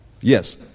Yes